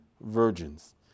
virgins